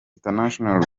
international